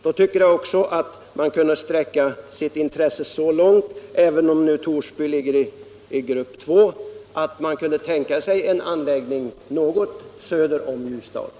Då tycker jag att man också kan sträcka sitt intresse så långt —-även om Torsby ligger i grupp 2 - att man kunde tänka sig en anläggning något söder om Ljusdal.